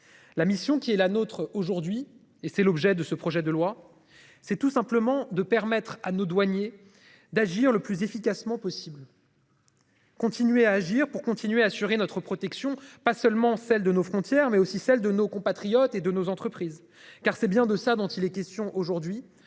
La mission qui est la nôtre aujourd'hui et c'est l'objet de ce projet de loi, c'est tout simplement de permettre à nos douaniers d'agir le plus efficacement possible. Continuer à agir pour continuer à assurer notre protection, pas seulement celle de nos frontières, mais aussi celle de nos compatriotes et de nos entreprises car c'est bien de ça dont il est question aujourd'hui.